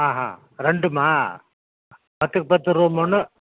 ஹான் ஹான் ரெண்டுமா பத்துக்கு பத்துக்கு ரூம் ஒன்று